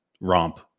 romp